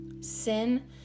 Sin